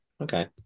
okay